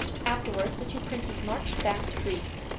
afterwards the two princes marched back to greece.